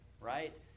right